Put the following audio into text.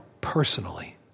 personally